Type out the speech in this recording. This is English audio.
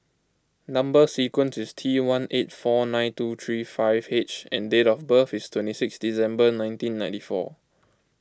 Number Sequence is T one eight four nine two three five H and date of birth is twenty six December nineteen ninety four